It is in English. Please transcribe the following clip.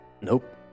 Nope